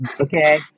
Okay